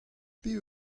piv